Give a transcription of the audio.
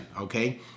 okay